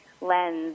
lens